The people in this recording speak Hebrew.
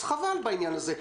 אז חבל בעניין הזה.